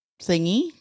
thingy